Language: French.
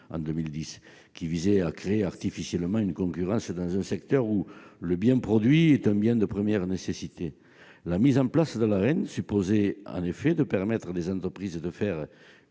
loi Nome. Elle visait à créer artificiellement une concurrence dans un secteur où le bien produit est un bien de première nécessité. La mise en place de l'Arenh supposait en effet de permettre à des entreprises de faire